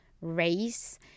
race